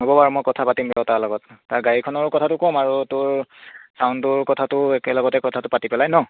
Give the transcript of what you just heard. হ'ব বাৰু মই কথা পাতিম বাৰু তাৰ লগত তাৰ গাড়ীখনৰো কথাটো কম আৰু তোৰ চাউণ্ডটোৰ কথাটোও একেলগতে কথাটো পাতি পেলাই ন